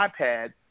iPad